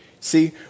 See